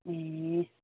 ए